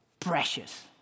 Precious